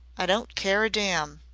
i don't care a damn.